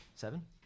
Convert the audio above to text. Seven